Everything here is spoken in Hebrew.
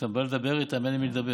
כשאתה בא לדבר איתם, אין עם מי לדבר.